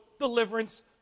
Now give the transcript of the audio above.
deliverance